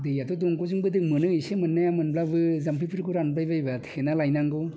दैयाथ' दंग'जोंबो दै मोनो एसे मोननाया मोनब्लाबो जामफैफोरखौ रानबायबायबा थेनाना लायनांगौ